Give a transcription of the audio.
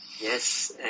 Yes